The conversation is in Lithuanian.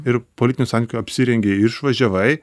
ir po lytinių santykių apsirengei ir išvažiavai